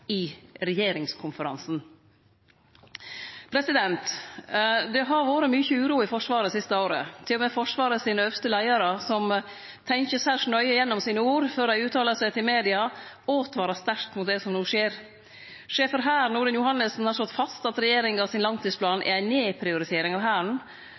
i regjeringskonferansen. Det har vore mykje uro i Forsvaret det siste året. Til og med Forsvaret sine øvste leiarar, som tenkjer særs nøye gjennom orda sine før dei uttalar seg til media, åtvarar sterkt mot det som no skjer. Sjef for Hæren, Odin Johannessen, har slått fast at regjeringa sin langtidsplan er ei nedprioritering av Hæren,